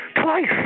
twice